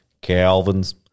Calvin's